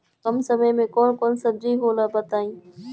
कम समय में कौन कौन सब्जी होला बताई?